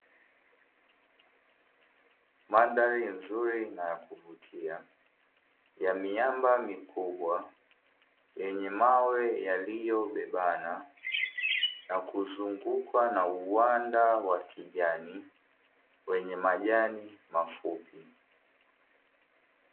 Mandhari nzuri na ya kuvutia ya miamba mikubwa yenye mawe yaliyobebana, na kuzungukwa na uwanda wa kijani wenye majani mafupi.